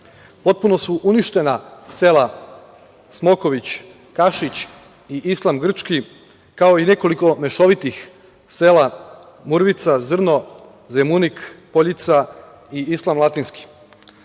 su uništena sela Smoković, Kašić i Islam Grčki, kao i nekoliko mešovitih sela Murvica, Zrno, Zemunik, Poljica i Islam Latinski.